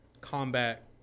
combat